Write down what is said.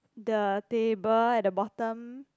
the table at the bottom